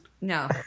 No